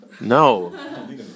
no